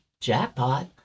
jackpot